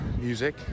music